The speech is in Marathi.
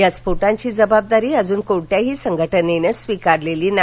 या स्फोटांची जबाबदारी अजून कोणत्याही संघटनेनं स्वीकारलेली नाही